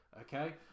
Okay